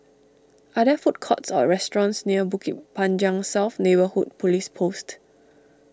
are there food courts or restaurants near Bukit Panjang South Neighbourhood Police Post